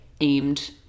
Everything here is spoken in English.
aimed